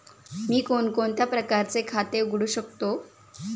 मी कोणकोणत्या प्रकारचे खाते उघडू शकतो?